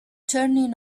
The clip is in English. turning